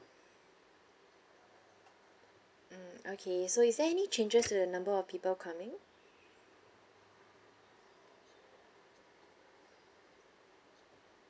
mm okay so is there any changes to the number of people coming